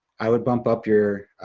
i would bump up your